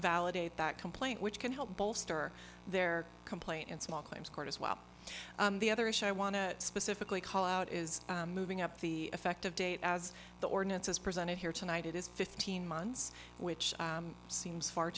validate that complaint which can help bolster their complaint in small claims court as well the other issue i want to specifically call out is moving up the effective date as the ordinance is presented here tonight it is fifteen months which seems far